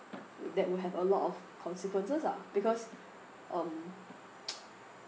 that would have a lot of consequences ah because um